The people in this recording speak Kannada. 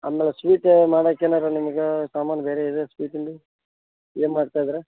ಆಮೇಲೆ ಸ್ವೀಟ್ ಮಾಡೋಕ್ಕೇನಾದ್ರೂ ನಿಮ್ಗೆ ಸಾಮಾನು ಬೇರೆ ಇದೆ ಸ್ವೀಟಿಂದು ಏನು ಮಾಡ್ತಾಯಿದೀರ